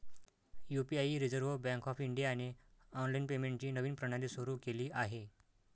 UPI reserve bank of इंडियाने online पेमेंटची नवीन प्रणाली सुरू केली आहे